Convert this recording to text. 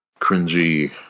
cringy